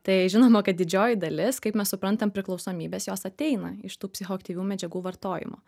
tai žinoma kad didžioji dalis kaip mes suprantam priklausomybės jos ateina iš tų psichoaktyvių medžiagų vartojimo